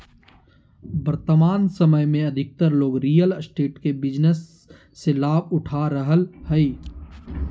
वर्तमान समय में अधिकतर लोग रियल एस्टेट के बिजनेस से लाभ उठा रहलय हइ